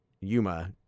Yuma